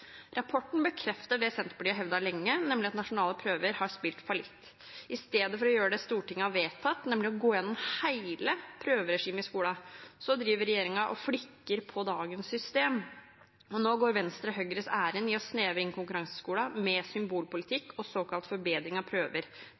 Rapporten bekrefter det Senterpartiet har hevdet lenge, nemlig at nasjonale prøver har spilt fallitt. I stedet for å gjøre det Stortinget har vedtatt, nemlig å gå gjennom hele prøveregimet i skolen, driver regjeringen og flikker på dagens system. Nå går Venstre Høyres ærend i å snevre inn konkurranseskolen med symbolpolitikk og såkalt forbedring av prøver.